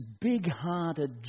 big-hearted